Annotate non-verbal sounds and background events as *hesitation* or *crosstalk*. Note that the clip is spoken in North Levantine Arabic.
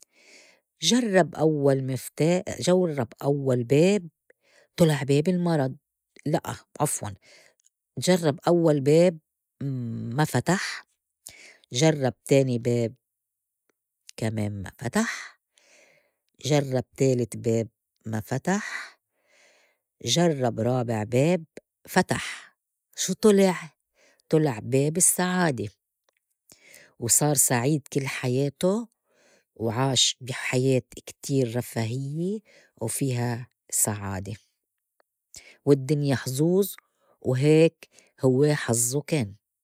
جرّب أوّل مفتاح جرّب أول باب طلع باب المرض لأ، عفواً جرّب أول باب *hesitation* ما فتح، جرّب تاني باب كمان ما فتح، جرّب تالت باب ما فتح، جرّب رابع باب فتح شو طلع؟ طلع باب السّعادة وصار سعيد كل حياته وعاش بي حياة كتير رفاهيّة وفيها سعادة والدّنيا حظوظ وهيك هو حظّه كان.